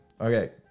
Okay